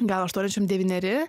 gal aštuoniasdešim devyneri